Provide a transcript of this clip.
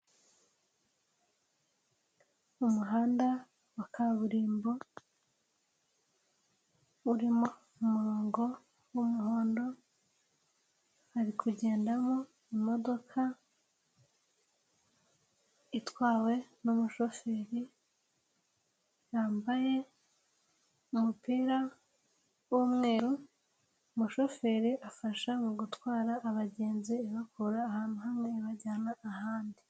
Umuhanda wa kaburimbo urimo umurongo w'umuhondo hari kugendamo imodoka itwawe n'umushoferi yambaye umupira w'umweru, umushoferi afasha mu gutwara abagenzi ibakura ahantu hamwe ibajyana ahandi.